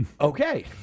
Okay